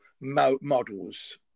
models